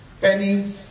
penny